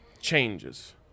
changes